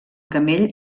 camell